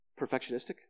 perfectionistic